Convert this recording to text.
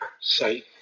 site